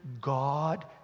God